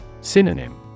Synonym